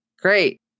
great